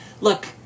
Look